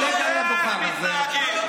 אתה עולה לפה לדיון,